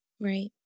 Right